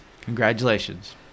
Congratulations